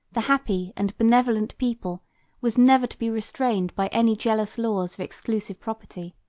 the happy and benevolent people was never to be restrained by any jealous laws of exclusive property.